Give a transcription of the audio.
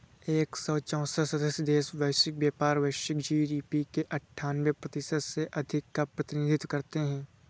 एक सौ चौसठ सदस्य देश वैश्विक व्यापार, वैश्विक जी.डी.पी के अन्ठान्वे प्रतिशत से अधिक का प्रतिनिधित्व करते हैं